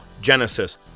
Genesis